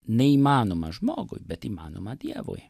neįmanoma žmogui bet įmanoma dievui